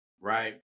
Right